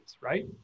right